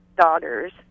daughters